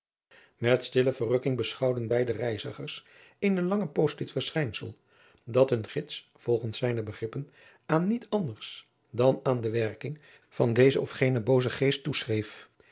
met stille verrukking beschouwden beide de reizigers eene lange poos dit verschijnsel dat hun gids volgens zijne begrippen aan niet anders dan aan de werking van dezen of genen boozen geest toeschreef